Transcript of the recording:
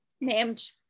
named